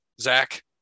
Zach